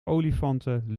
olifanten